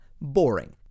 Boring